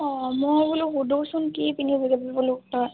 অঁ মই বোলো সোধোঁচোন কি পিন্ধি যাবি বোলো তাত